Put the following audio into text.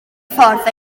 ffordd